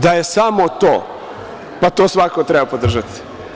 Da je samo to, pa to svakako treba podržati.